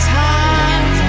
time